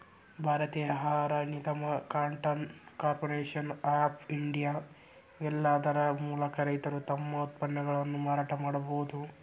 ಭಾರತೇಯ ಆಹಾರ ನಿಗಮ, ಕಾಟನ್ ಕಾರ್ಪೊರೇಷನ್ ಆಫ್ ಇಂಡಿಯಾ, ಇವೇಲ್ಲಾದರ ಮೂಲಕ ರೈತರು ತಮ್ಮ ಉತ್ಪನ್ನಗಳನ್ನ ಮಾರಾಟ ಮಾಡಬೋದು